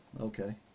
Okay